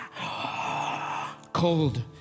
Cold